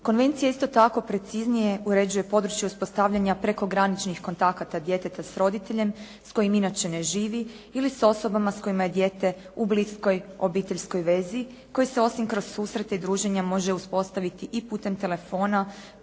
Konvencija isto tako preciznije uređuje područje uspostavljanja prekograničnih kontakata djeteta s roditeljem s kojim inače ne živi ili s osobama s kojima je dijete u bliskoj obiteljskoj vezi koje se osim kroz susrete i druženja može uspostaviti i putem telefona,